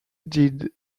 did